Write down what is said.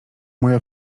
moja